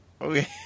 okay